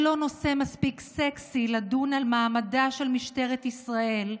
מספיק סקסי, לדון על מעמדה של משטרת ישראל,